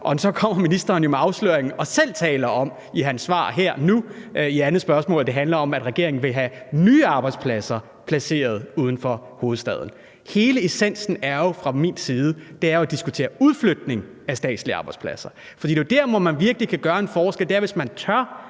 Og så kommer ministeren jo med afsløringen i hans svar her nu på andet spørgsmål og taler selv om, at det handler om, at regeringen vil have nye arbejdspladser placeret uden for hovedstaden. Hele essensen fra min side af er jo at diskutere udflytning af statslige arbejdspladser. For det er jo der, at man virkelig kan gøre en forskel. Det er, hvis man tør